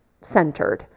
centered